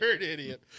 idiot